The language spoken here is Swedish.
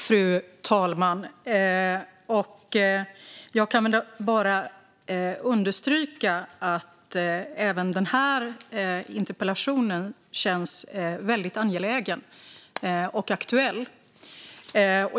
Fru talman! Jag kan bara understryka att även den här interpellationen känns väldigt angelägen och aktuell.